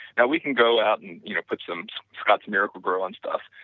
and we can go out and you know put some scotts miracle-gro on stuff,